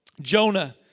Jonah